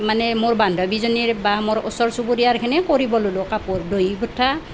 মানে মোৰ বান্ধৱীজনীৰ বা মোৰ ওচৰ চুবুৰীয়াৰখিনি কৰিবলৈ ল'লোঁ কাপোৰ দহি গুঠা